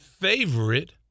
favorite –